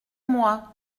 moi